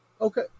Okay